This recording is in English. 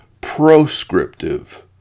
proscriptive